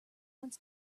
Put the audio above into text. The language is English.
wants